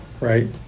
right